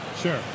Sure